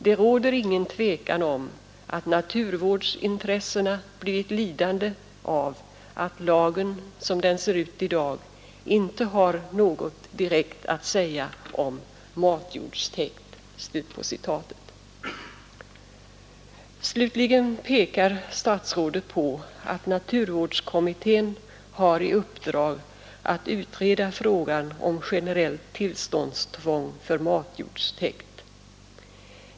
Det råder ingen tvekan om att naturvårdsintressena blivit lidande av att lagen, som den ser ut i dag, inte har något direkt att säga om matjordstäkt.” Slutligen pekar statsrådet på att naturvårdskommittén har i uppdrag att utreda frågan om generellt tillståndstvång för matjordstäkt.